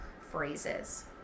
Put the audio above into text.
phrases